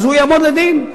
אז הוא יעמוד לדין.